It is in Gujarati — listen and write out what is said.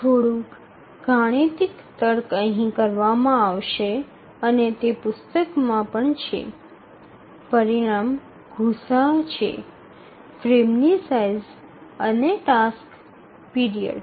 થોડુંક ગાણિતિક તર્ક અહીં કરવામાં આવશે અને તે પુસ્તકમાં છે પરિણામ ગુસાઅ છે ફ્રેમની સાઇઝ અને ટાસ્ક પીરિયડ